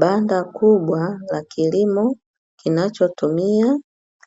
Banda kubwa la kilimo kinachotumia